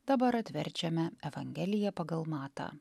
dabar atverčiame evangeliją pagal matą